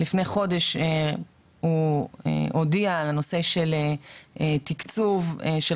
לפני חודש הוא הודיע על הנושא של תקצוב של